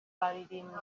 baririmbye